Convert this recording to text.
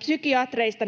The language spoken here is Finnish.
psykiatreista